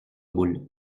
boules